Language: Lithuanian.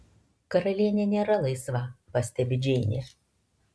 karalienė nėra laisva pastebi džeinė